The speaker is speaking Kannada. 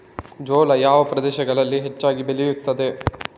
ಜೋಳ ಯಾವ ಪ್ರದೇಶಗಳಲ್ಲಿ ಹೆಚ್ಚಾಗಿ ಬೆಳೆಯುತ್ತದೆ?